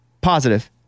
Positive